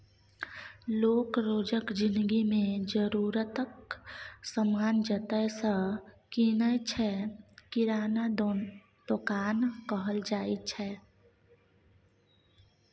लोक रोजक जिनगी मे जरुरतक समान जतय सँ कीनय छै किराना दोकान कहल जाइ छै